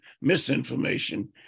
misinformation